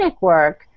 work